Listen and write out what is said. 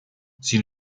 sin